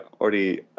already